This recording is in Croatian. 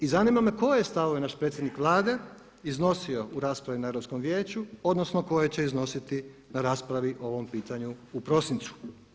I zanima me koje stavove naš predsjednik Vlade iznosio u raspravi na Europskom vijeću, odnosno koje će iznositi na raspravi o ovom pitanju u prosincu.